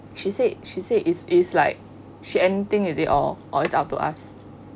she say she say is is like she anything is it or or it's up to us